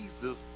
Jesus